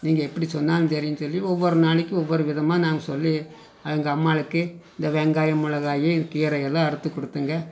நீங்கள் எப்படி சொன்னாலும் சரின்னு சொல்லி ஒவ்வொரு நாளைக்கும் ஒவ்வொரு விதமாக நாங்கள் சொல்லி எங்கள் அம்மாவுக்கு இந்த வெங்காயம் மொளகாய் கீரை எல்லாம் அறுத்து கொடுத்துங்க